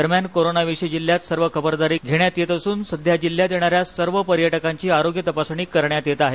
दरम्यान कोरोना विषयी जिल्ह्यात सर्व खबरदारी घेण्यात येत असून सध्या जिल्ह्यात येणाऱ्या सर्व पर्यटकांची आरोग्य तपासणी करण्यात येत आहे